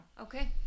okay